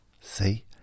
see